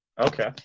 Okay